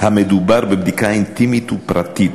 המדובר בבדיקה אינטימית ופרטית,